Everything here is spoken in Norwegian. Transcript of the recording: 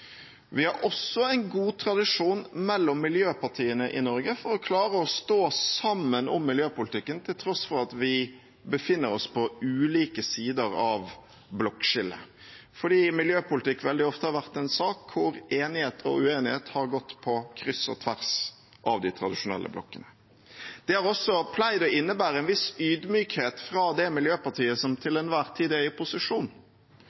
Vi har også en god tradisjon mellom miljøpartiene i Norge for å klare å stå sammen om miljøpolitikken til tross for at vi befinner oss på ulike sider av blokkskillet, fordi miljøpolitikk veldig ofte har vært en sak hvor enighet og uenighet har gått på kryss og tvers av de tradisjonelle blokkene. Det har også pleid å innebære en viss ydmykhet fra det miljøpartiet som